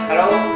Hello